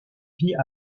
vit